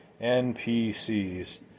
NPCs